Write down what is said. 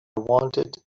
wanted